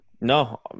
No